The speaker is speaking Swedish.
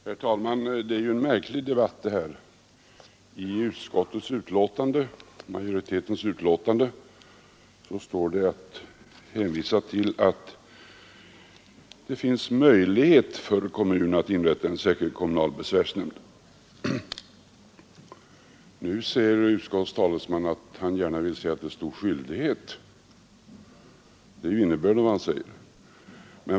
Herr talman! Det här är en märklig debatt. I betänkandet hänvisar utskottets majoritet till att det finns möjlighet för kommun, som så önskar, att inrätta en särskild kommunal besvärsnämnd. Nu säger utskottets talesman att han gärna vill se att det fanns skyldighet att inrätta en sådan nämnd — det är innebörden i vad han säger.